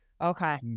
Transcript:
Okay